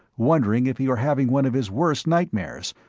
wondering if he were having one of his worst nightmares,